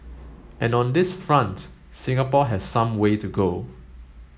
and on this front Singapore has some way to go